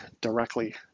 directly